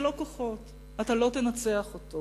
זה לא כוחות, אתה לא תנצח אותו.